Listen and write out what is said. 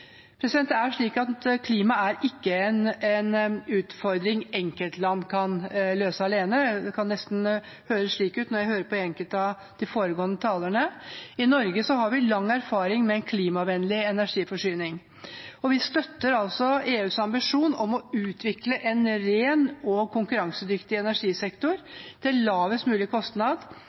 er ikke en utfordring enkeltland kan løse alene, men det kan nesten høres slik ut når jeg hører på enkelte av de foregående talerne. I Norge har vi lang erfaring med en klimavennlig energiforsyning, og vi støtter EUs ambisjon om å utvikle en ren og konkurransedyktig energisektor til lavest